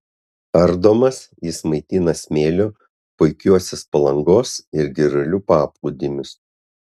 ardomas jis maitina smėliu puikiuosius palangos ir girulių paplūdimius